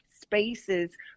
spaces